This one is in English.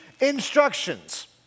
instructions